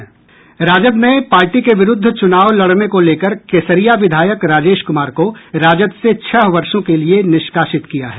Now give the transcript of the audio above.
राजद ने पार्टी के विरूद्ध चुनाव लड़ने को लेकर केसरिया विधायक राजेश कुमार को राजद से छह वर्षों के लिए निष्कासित किया है